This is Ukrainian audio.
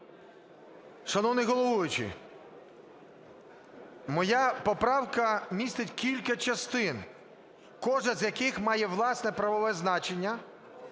Шановний головуючий, моя поправка містить кілька частин, кожна з яких має власне правове значення,